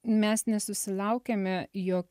mes nesusilaukėme jo